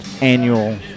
annual